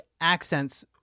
accents